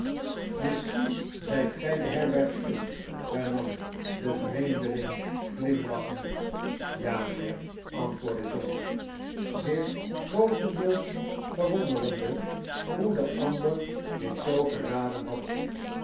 smisschien zijt gij de herbergier hernam de vreemdeling glimlachende ja mijnheer antwoordde john zich grootendeels verwonderende hoe de ander dit zoo geraden had